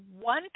one